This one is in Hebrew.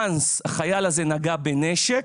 אם החייל הזה נגע בנשק,